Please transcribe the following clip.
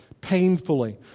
painfully